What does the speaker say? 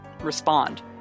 respond